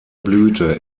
blüte